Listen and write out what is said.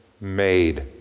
made